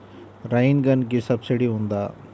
Rain గన్కి సబ్సిడీ ఉందా?